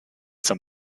some